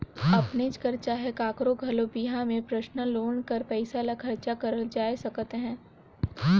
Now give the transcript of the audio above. अपनेच कर चहे काकरो घलो बिहा में परसनल लोन कर पइसा ल खरचा करल जाए सकत अहे